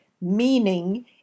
meaning